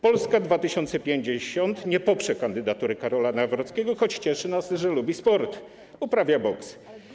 Polska 2050 nie poprze kandydatury Karola Nawrockiego, choć cieszy nas, że lubi sport - uprawia boks.